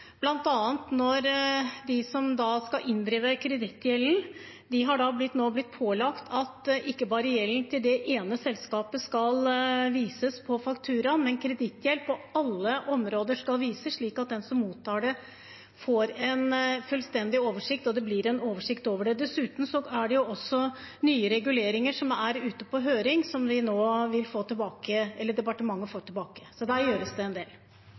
de som skal inndrive kredittgjelden, nå blitt pålagt at ikke bare gjelden til det ene selskapet skal vises på fakturaen. Kredittgjelden på alle områder skal vises, slik at den som mottar det, får en fullstendig oversikt. Dessuten er det nye reguleringer ute på høring, som departementet vil få tilbake. Så der gjøres det en del. Det er ingen tvil om at metoo-bevegelsen har vært en samfunnsrevolusjon som